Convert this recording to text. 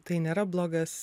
tai nėra blogas